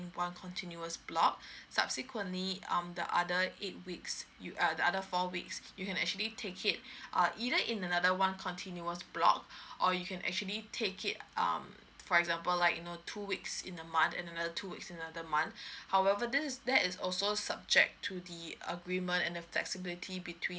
one continuous block subsequently um the other eight weeks you err the other four weeks you can actually take it err either in another one continuous block or you can actually take it um for example like you know two weeks in a month and another two weeks in another month however this is that it's also subject to the agreement and the flexibility between